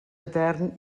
etern